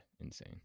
insane